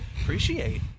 appreciate